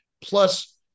Plus